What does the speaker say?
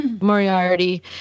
Moriarty